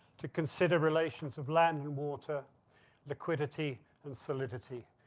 to consider relations of land water liquidity and solidity.